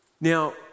Now